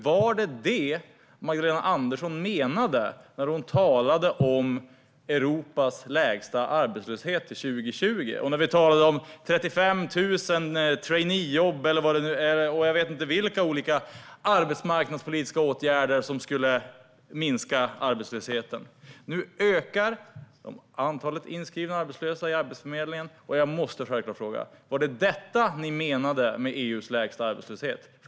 Var det detta som Magdalena Andersson menade när hon talade om Europas lägsta arbetslöshet till 2020 och när det talades om 35 000 traineejobb och jag vet inte vilka olika typer av arbetsmarknadspolitiska åtgärder som skulle minska arbetslösheten? Nu ökar antalet inskrivna arbetslösa på Arbetsförmedlingen. Jag måste då självklart fråga: Var det detta ni menade med EU:s lägsta arbetslöshet?